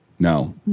No